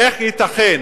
איך ייתכן